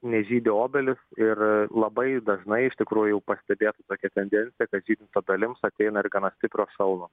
nežydi obelys ir labai jų dažnai iš tikrųjų jau pastebėta tokia tendencija kad žydint obelims ateina ir gana stiprios šalnos